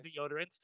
deodorants